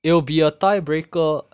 it will be a tie breaker